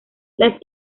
las